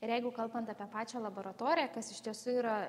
ir jeigu kalbant apie pačią laboratoriją kas iš tiesų yra